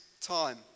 time